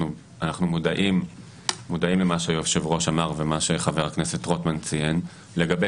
אנחנו מודעים למה שהיושב-ראש אמר ומה שחבר הכנסת רוטמן ציין לגבי